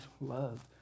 love